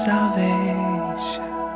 Salvation